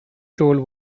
told